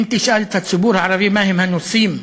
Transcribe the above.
אם תשאל את הציבור הערבי מה הם הנושאים,